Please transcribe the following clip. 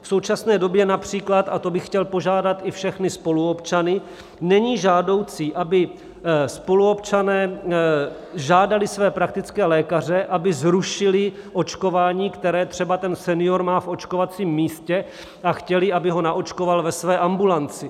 V současné době například, a to bych chtěl požádat i všechny spoluobčany, není žádoucí, aby spoluobčané žádali své praktické lékaře, aby zrušili očkování, které třeba ten senior má v očkovacím místě, a chtěli, aby ho naočkoval ve své ambulanci.